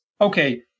okay